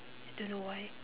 don't know why